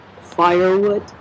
firewood